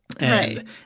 Right